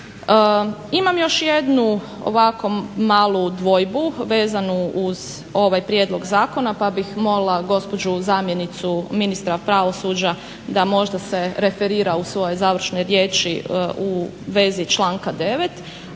Imam još jednu ovako malu dvojbu vezanu uz ovaj prijedlog zakona pa bih molila gospođu zamjenicu ministra pravosuđa da možda se referira u svojoj završnoj riječi u vezi članka 9.,